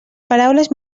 paraules